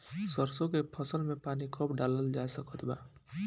सरसों के फसल में पानी कब डालल जा सकत बा?